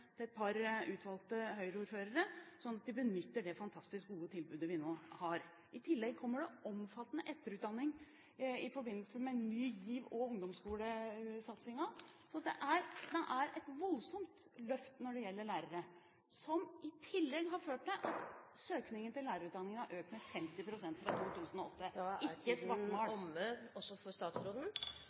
til et par utvalgte Høyre-ordførere, sånn at de benytter seg av det fantastisk gode tilbudet vi nå har. I tillegg kommer det omfattende etterutdanning i forbindelse med Ny GIV og ungdomsskolesatsingen. Så det er et voldsomt løft når det gjelder lærere, som i tillegg har ført til at søkningen til lærerutdanningen har økt med 50 pst. fra 2008. Ikke svartmal! Da er taletiden omme også for statsråden.